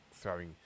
throwing